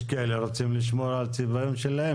יש כאלה רוצים לשמור על צביון שלו.